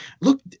Look